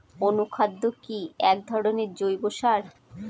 অনুখাদ্য কি এক ধরনের জৈব সার?